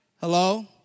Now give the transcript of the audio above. Hello